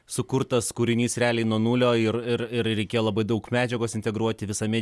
sukurtas kūrinys realiai nuo nulio ir ir ir reikėjo labai daug medžiagos integruoti visame